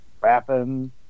rapping